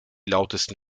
lautesten